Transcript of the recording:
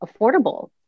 affordable